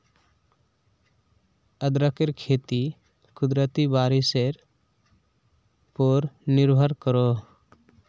अदरकेर खेती कुदरती बारिशेर पोर निर्भर करोह